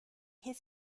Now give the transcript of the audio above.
his